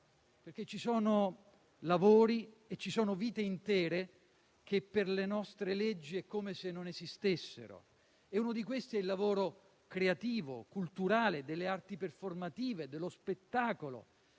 infatti, lavori e ci sono vite intere che per le nostre leggi è come se non esistessero. Uno di questi è il lavoro creativo e culturale delle arti performative e dello spettacolo.